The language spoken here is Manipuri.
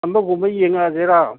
ꯑꯃꯒꯨꯝꯕ ꯌꯦꯡꯂꯛꯂꯁꯤꯔꯥ